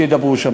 וידברו שם.